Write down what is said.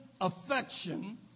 affection